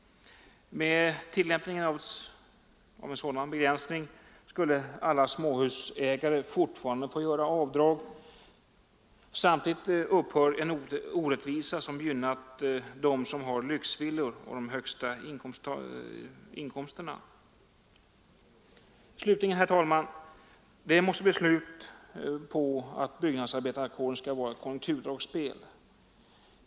Med tillämpningen av en sådan begränsning skulle alla småhusägare fortfarande få göra avdrag. Samtidigt upphör en orättvisa som gynnat dem som har lyxvillor och de högsta inkomsterna. Slutligen, herr talman, måste det bli ett slut på att byggnadsarbetarkåren skall vara ett konjunkturdragspel.